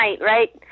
right